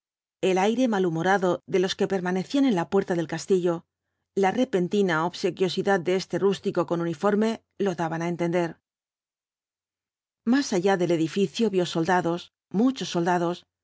el aire malhumorado de los que permanecían en la puerta del castillo la repentina obsequiosidad de este rústico con uniforme lo daban á entender más allá del edificio vio soldados muchos soldados